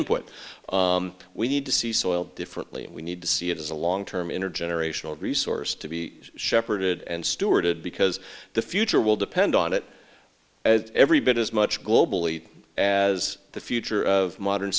input we need to see soil differently and we need to see it as a long term intergenerational resource to be shepherded and stewarded because the future will depend on it every bit as much globally as the future of modern